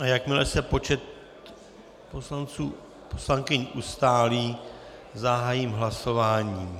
Jakmile se počet poslanců a poslankyň ustálí, zahájím hlasování.